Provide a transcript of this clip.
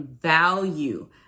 value